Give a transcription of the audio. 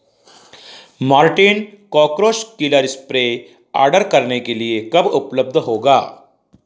Mortein cockroach killer spray order करने के लिए कब उपलब्ध होगा